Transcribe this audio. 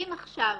אם עכשיו